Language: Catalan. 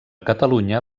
catalunya